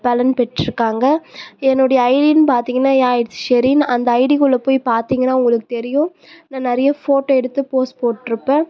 பலன் பெற்றுருக்காங்க என்னுடைய ஐடின்னு பார்த்திங்கனா யா இட்ஸ் ஷெரின் அந்த ஐடிக்குள்ளே போய் பார்த்திங்கனா உங்களுக்கு தெரியும் நான் நிறையா ஃபோட்டோ எடுத்து போஸ்ட் போட்டுருப்பேன்